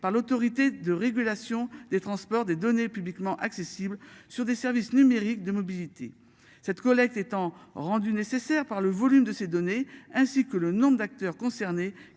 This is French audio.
par l'Autorité de régulation des transports des données publiquement accessibles sur des services numériques de mobilité. Cette collecte étant rendues nécessaires par le volume de ces données ainsi que le nombre d'acteurs concernés